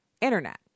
internet